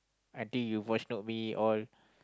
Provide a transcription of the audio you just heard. I think you voice note me all